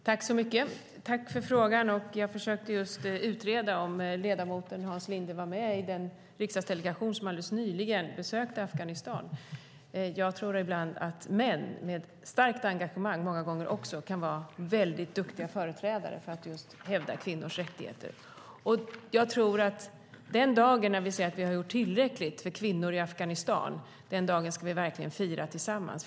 Fru talman! Tack för frågan! Jag försökte just utreda om ledamoten Hans Linde var med i den riksdagsdelegation som alldeles nyligen besökte Afghanistan. Jag tror att män med starkt engagemang många gånger kan vara duktiga företrädare för att just hävda kvinnors rättigheter. Den dag då vi säger att vi har gjort tillräckligt för kvinnor i Afghanistan, den dagen ska vi verkligen fira tillsammans.